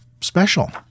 special